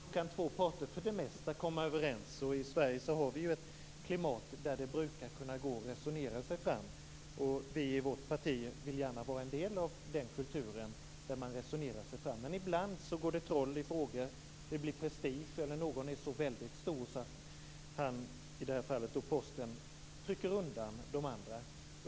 Fru talman! Jodå, nog kan två parter för det mesta komma överens. I Sverige har vi ju ett klimat som gör att det brukar gå att resonera sig fram. Vi i vårt parti vill gärna vara en del av denna kultur där man resonerar sig fram. Men ibland går det troll i frågor. Det blir prestige eller så är någon så väldigt stor att han, i det här fallet Posten, trycker undan de andra.